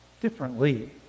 differently